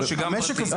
או שגם פרטית?